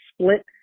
split